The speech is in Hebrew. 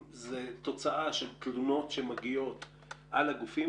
האנשים שקיבלו את ההחלטות במינוי של היועץ המשפטי